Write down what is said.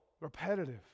repetitive